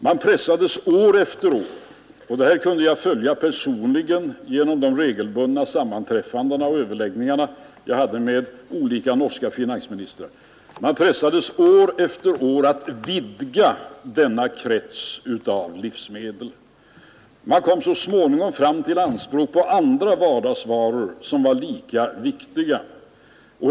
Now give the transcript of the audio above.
Man pressades sedan år efter år — och det här kunde jag följa personligen genom de regelbundna sammanträffanden och överläggningar jag hade med olika norska finansministrar — att vidga denna krets av livsmedel. Man kom så småningom fram till att anspråk på undantag för andra vardagsvaror var lika viktiga.